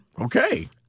Okay